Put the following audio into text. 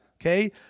okay